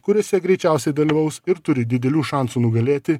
kuriuose greičiausiai dalyvaus ir turi didelių šansų nugalėti